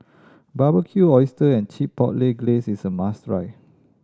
Barbecued Oyster and Chipotle Glaze is a must try